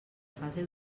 fase